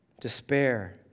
Despair